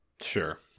Sure